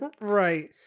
right